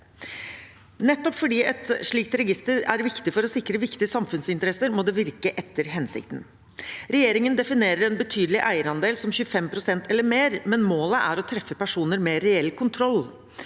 Nettopp fordi et slikt register er viktig for å sikre viktige samfunnsinteresser, må det virke etter hensikten. Regjeringen definerer en betydelig eierandel som 25 pst. eller mer, men målet er å treffe personer med reell kontroll.